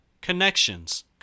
Connections